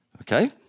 okay